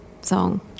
song